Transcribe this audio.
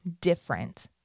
different